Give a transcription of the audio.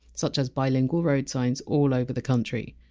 such as bilingual road signs all over the country.